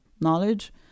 knowledge